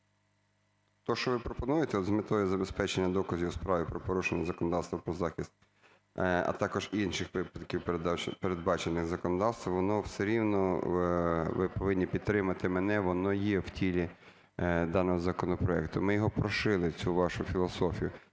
Те, що ви пропонуєте з метою забезпечення доказів у справі про порушення законодавства про захист, а також інших випадків, передбачених законодавством, воно все рівно… ви повинні підтримати мене, воно є в тілі даного законопроекту. Ми його прошили цю вашу філософію.